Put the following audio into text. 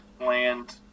land